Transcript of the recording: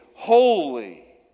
Holy